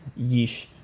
Yeesh